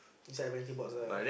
inside the penalty box ah